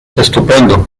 estupendo